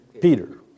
Peter